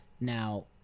Now